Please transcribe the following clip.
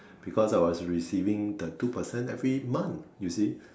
because I was receiving the two percent every month you see